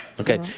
Okay